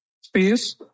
space